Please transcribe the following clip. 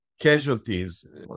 casualties